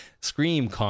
Scream